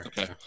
Okay